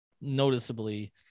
noticeably